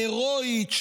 ההרואית,